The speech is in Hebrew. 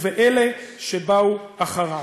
ובאלה שבאו אחריו.